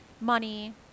Money